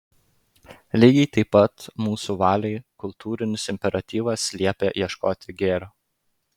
lygiai taip pat mūsų valiai kultūrinis imperatyvas liepia ieškoti gėrio